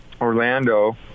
orlando